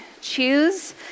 choose